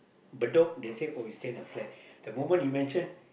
Bedok they say oh you stay in a flat the moment you mention